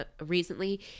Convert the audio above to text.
recently